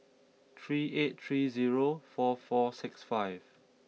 three eight three zero four four six five